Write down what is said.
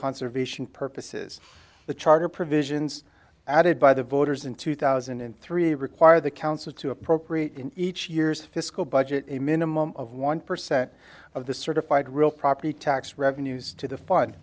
conservation purposes the charter provisions added by the voters in two thousand and three require the council to appropriate in each year's fiscal budget a minimum of one percent of the certified real property tax revenues to